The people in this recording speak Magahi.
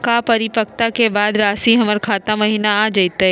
का परिपक्वता के बाद रासी हमर खाता महिना आ जइतई?